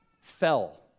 fell